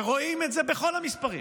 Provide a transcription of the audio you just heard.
ורואים את זה בכל המספרים.